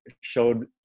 showed